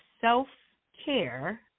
self-care